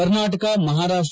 Karnataka Maharashtra